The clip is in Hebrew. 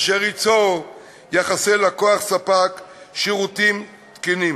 אשר ייצור יחסי לקוח ספק-שירות תקינים.